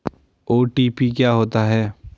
OTP क्या होता है?